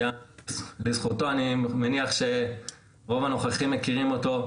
אני מניח שרוב הנוכחים מכירים אותו,